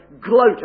gloat